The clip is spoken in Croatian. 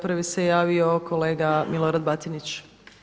Prvi se javio kolega Milorad Batinić.